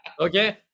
Okay